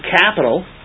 capital